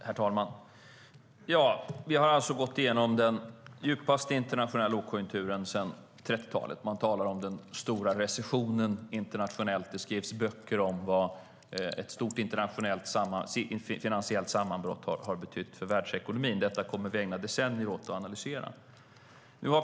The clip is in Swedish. Herr talman! Vi har alltså gått igenom den djupaste internationella lågkonjunkturen sedan 30-talet. Internationellt talar man om den stora recessionen. Det skrivs böcker om vad ett globalt finansiellt sammanbrott har betytt för världsekonomin, och vi kommer att ägna decennier åt att analysera detta.